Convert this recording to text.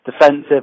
defensive